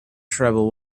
tribal